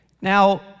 Now